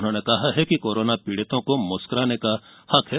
उन्होंने कहा है कि कोरोना पीड़ितों को मुस्कराने का हक है